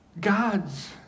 God's